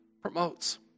promotes